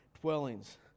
dwellings